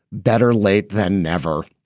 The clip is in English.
better late than never.